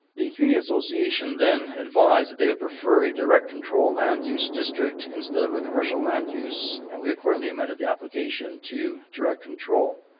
the community association advised they would prefer a direct control land use district instead of a commercial land use and we accordingly amended the application to direct control.